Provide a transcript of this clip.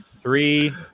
three